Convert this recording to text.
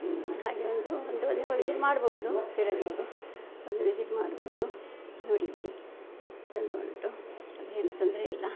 ಹಾಗೆ ಒಂದು ಒಂದು ನೀವು ವಿಸಿಟ್ ಮಾಡ್ಬೋದು ತಿಳಿದವರು ಒಂದು ವಿಸಿಟ್ ಮಾಡ್ಬೋದು ನೋಡಲಿಕ್ಕೆ ಚೆಂದ ಉಂಟು ಅದೇನು ತೊಂದರೆಯಿಲ್ಲ